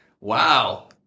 Wow